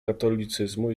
katolicyzmu